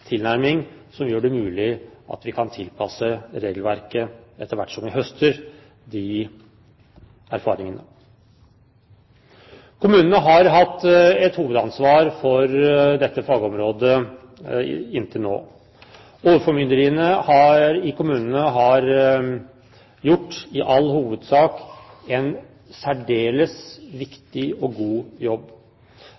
tilnærming som gjør det mulig å tilpasse regelverket etter hvert som vi høster de erfaringene. Kommunene har hatt et hovedansvar for dette fagområdet inntil nå. Overformynderiet i kommunene har i all hovedsak gjort en særdeles